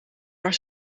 maar